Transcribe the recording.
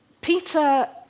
Peter